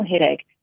headache